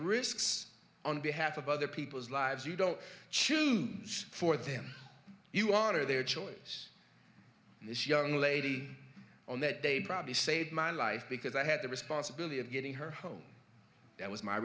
risks on behalf of other people's lives you don't choose for them you honor their choice and this young lady on that day probably saved my life because i had the responsibility of getting her home that was my